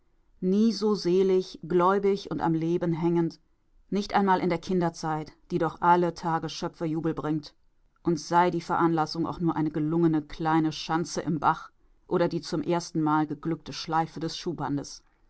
nie so selig gläubig und am leben hängend nicht einmal in der kinderzeit die doch alle tage schöpferjubel bringt und sei die veranlassung auch nur eine gelungene kleine schanze im bach oder die zum erstenmal geglückte schleife des